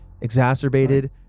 exacerbated